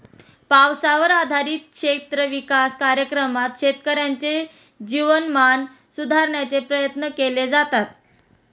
पावसावर आधारित क्षेत्र विकास कार्यक्रमात शेतकऱ्यांचे जीवनमान सुधारण्याचे प्रयत्न केले जातात